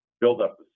buildup